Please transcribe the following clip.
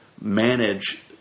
manage